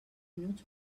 minuts